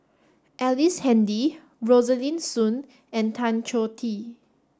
Ellice Handy Rosaline Soon and Tan Choh Tee